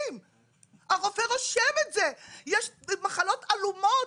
הרופא רושם את זה! יש מחלות עלומות,